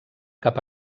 cap